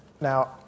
Now